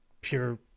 pure